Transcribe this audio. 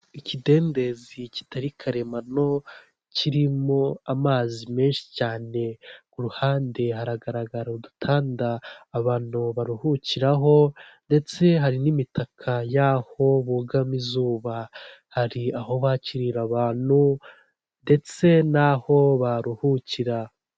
Ikidendezi kitari karemano kirimo amazi menshi cyane ku ruhande hagaragara udutanda abantu baruhukiraho, ndetse hari n'imitaka y'aho bugamo izuba, hari aho bakirira abantu ndetse n'aho baruhukira.